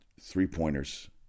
three-pointers